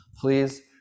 please